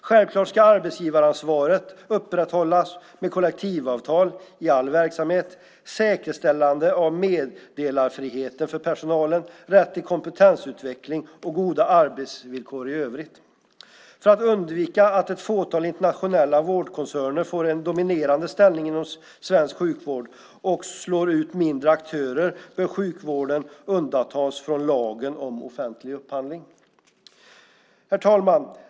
Självklart ska arbetsgivaransvaret upprätthållas med kollektivavtal i all verksamhet, säkerställande av meddelarfrihet för personalen, rätt till kompetensutveckling och goda arbetsvillkor i övrigt. För att undvika att ett fåtal internationella vårdkoncerner får en dominerande ställning inom svensk sjukvård och slår ut mindre aktörer bör sjukvården undantas från lagen om offentlig upphandling. Herr talman!